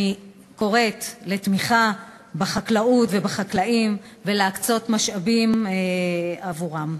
אני קוראת לתמוך בחקלאות ובחקלאים ולהקצות משאבים עבורם.